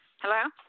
Hello